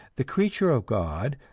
the creature of god,